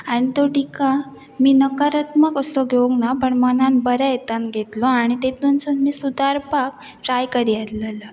आनी तो टिका मी नकारात्मक असो घेवंक ना पण मनान बऱ्या येतान घेतलो आनी तेतूनसूनी सुदारपाक ट्राय करी आसलेलो